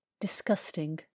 Disgusting